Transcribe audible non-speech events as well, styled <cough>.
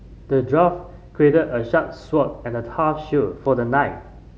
the dwarf <unintelligible> a sharp sword and a tough shield for the knight